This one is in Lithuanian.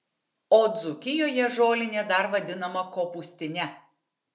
o dzūkijoje žolinė dar vadinama kopūstine